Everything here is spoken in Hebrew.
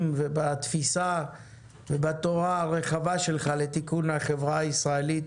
ובתפיסה ובתורה הרחבה שלך לתיקון החברה הישראלית